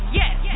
yes